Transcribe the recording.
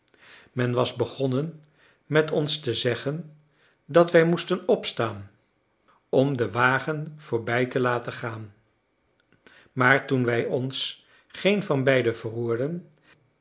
men was begonnen met ons te zeggen dat wij moesten opstaan om den wagen voorbij te laten gaan maar toen wij ons geen van beiden verroerden